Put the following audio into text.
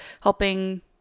helping